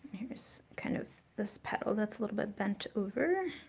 there's kind of this petal that's a little bit bent over.